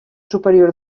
superior